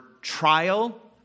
trial